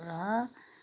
र